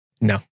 No